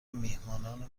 میهمانان